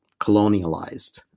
colonialized